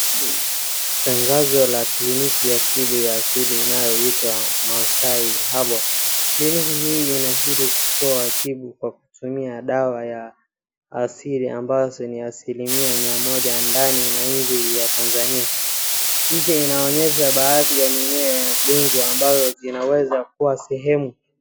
Tangazo la kliniki ya tiba ya asili inayoitwa Massai Herbal . Kliniki hii inazidi kutoa tiba kwa kutumia dawa ya asili ambazo ni asilimia mia moja ndani na nje ya Tanzania. Picha inaonyesha baadhi ya mimea ya bingwa ambayo inaweza kuwa sehemu.